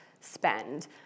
spend